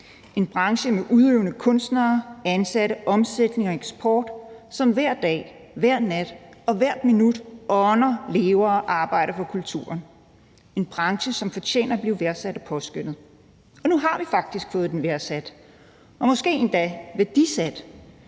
en branche med udøvende kunstnere, ansatte, omsætning og eksport, hvor man hver dag, hver nat og hvert minut ånder, lever og arbejder for kulturen. Det er en branche, som fortjener at blive værdsat og påskønnet. Nu har vi faktisk fået den værdsat og måske endda værdisat.